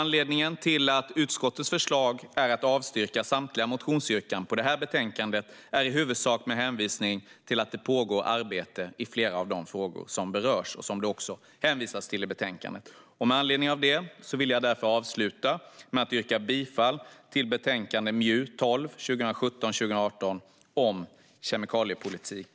Anledningen till att utskottet avstyrker samtliga motionsyrkanden i betänkandet är i huvudsak att det pågår arbete när det gäller flera av de frågor som berörs. Det hänvisas också till detta i betänkandet. Jag vill avsluta med att yrka bifall till utskottets förslag i betänkande 2017/18:MJU12 om kemikaliepolitik.